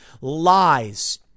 Lies